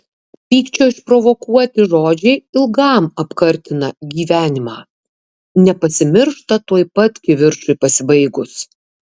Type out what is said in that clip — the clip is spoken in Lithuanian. pykčio išprovokuoti žodžiai ilgam apkartina gyvenimą nepasimiršta tuoj pat kivirčui pasibaigus